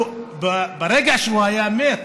ברגע שהוא היה מת,